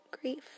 grief